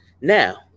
Now